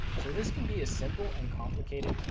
so this can be a simple and complicated,